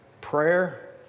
prayer